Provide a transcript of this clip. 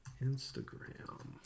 Instagram